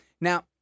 Now